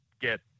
get –